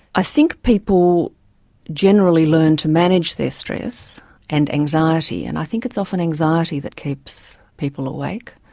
i think people generally learn to manage their stress and anxiety, and i think it's often anxiety that keeps people awake,